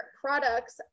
products